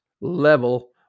level